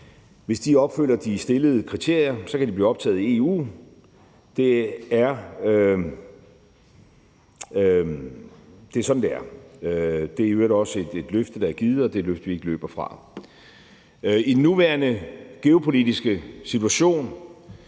Hvis de opfylder de stillede kriterier, kan de blive optaget i EU. Det er sådan, det er. Det er i øvrigt også et løfte, der er givet, og det er et løfte, vi ikke løber fra. I den nuværende geopolitiske situation